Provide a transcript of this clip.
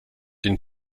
den